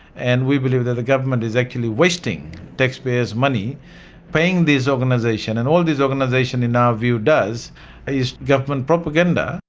and we believe that the government is actually wasting taxpayers' money paying this organisation, and all this organisation, in our view, does is government propaganda.